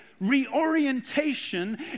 reorientation